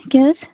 کیٛاہ حظ